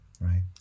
right